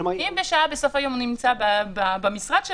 שכן הוא אחראי על המקום,